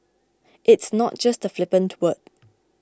it's not just a flippant word